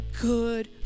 good